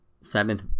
seventh